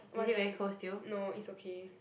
what thing no it's okay